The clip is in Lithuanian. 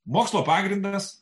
mokslo pagrindas